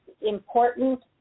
important